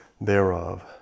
thereof